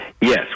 yes